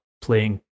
playing